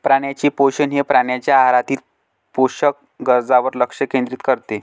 प्राण्यांचे पोषण हे प्राण्यांच्या आहारातील पोषक गरजांवर लक्ष केंद्रित करते